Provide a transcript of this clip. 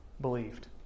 believed